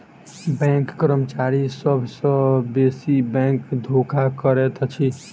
bank कर्मचारी सभ सॅ बेसी बैंक धोखा करैत अछि